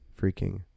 freaking